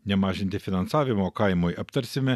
nemažinti finansavimo kaimui aptarsime